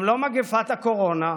גם לא מגפת הקורונה,